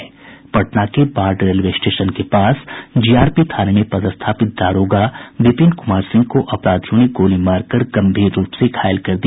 पटना के Barh railway station के पास जीआरपी थाने में पदस्थापित दारोगा विपिन कुमार सिंह को अपराधियों ने गोली मारकर गम्भीर रूप से घायल कर दिया